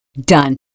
done